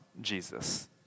Jesus